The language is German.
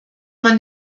man